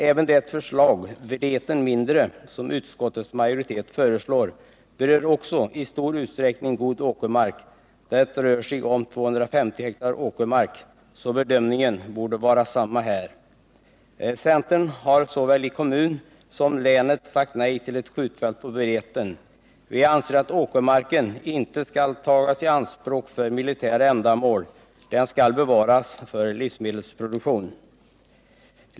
Även det förslag, Vreten mindre, som utskottets majoritet föreslår, berör i stor utsträckning god åkermark. Det rör sig här om 250 hektar åkermark, så bedömningen borde vara densamma i det fallet. Centern har såväl i kommunen som i länet sagt nej till ett skjutfält på Vreten. Vi anser att åkermarken inte skall tagas i anspråk för militära ändamål. Den skall bevaras för livsmedelsproduktion.